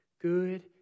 Good